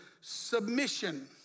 submission